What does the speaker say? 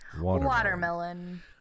watermelon